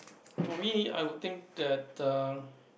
for me I would think that uh